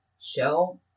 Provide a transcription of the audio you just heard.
show